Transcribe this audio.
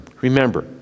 Remember